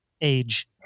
age